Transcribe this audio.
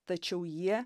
tačiau jie